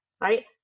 right